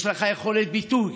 יש לך יכולת ביטוי,